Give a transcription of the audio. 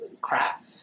crap